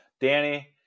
Danny